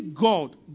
God